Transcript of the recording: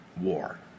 war